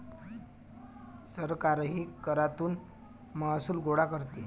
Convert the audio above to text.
सरकारही करातून महसूल गोळा करते